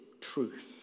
truth